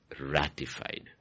ratified